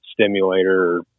stimulator